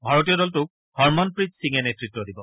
ভাৰতীয় দলটোক হৰমনপ্ৰীত সিঙে নেতৃত্ব দিব